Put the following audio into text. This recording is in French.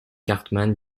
cartman